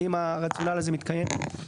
האם הרציונל הזה מתקיים?